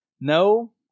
No